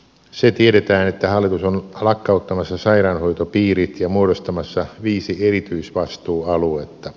se tiedetään että hallitus on lakkauttamassa sairaanhoitopiirit ja muodostamassa viisi erityisvastuualuetta